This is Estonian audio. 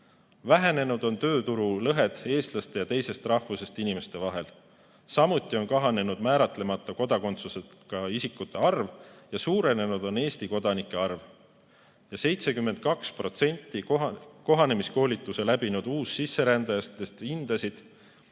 kandjad. Vähenenud on tööturulõhed eestlaste ja teisest rahvusest inimeste vahel. Samuti on kahanenud määratlemata kodakondsusega isikute arv ja suurenenud on Eesti kodanike arv. 72% kohanemiskoolituse läbinud uussisserändajatest hindasid, et nende